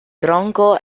tronco